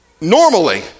normally